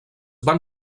van